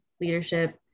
leadership